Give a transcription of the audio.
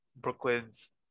Brooklyn's